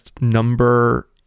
number